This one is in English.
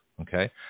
Okay